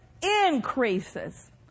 increases